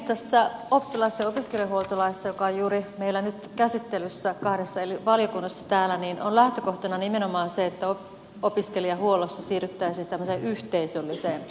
tässä oppilas ja opiskelijahuoltolaissa joka on juuri nyt meillä täällä käsittelyssä kahdessa eri valiokunnassa on lähtökohtana nimenomaan se että opiskelijahuollossa siirryttäisiin tämmöiseen yhteisölliseen opiskelijahuoltoon